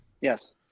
yes